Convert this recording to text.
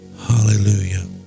hallelujah